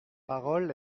parole